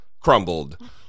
crumbled